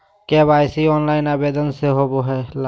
KYC online आवेदन से होवे ला?